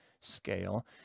scale